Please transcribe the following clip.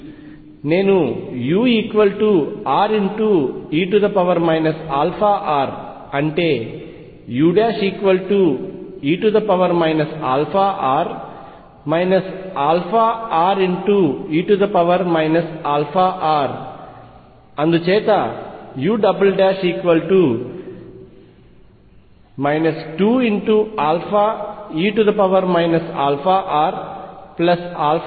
నేను ure αr అంటే ue αr αre αr అందుచేత u 2αe αr2re αr u